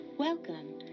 Welcome